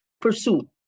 pursue